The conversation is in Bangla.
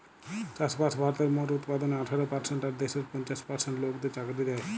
চাষবাস ভারতের মোট উৎপাদনের আঠারো পারসেন্ট আর দেশের পঞ্চাশ পার্সেন্ট লোকদের চাকরি দ্যায়